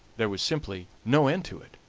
there was simply no end to it.